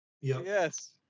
Yes